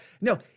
no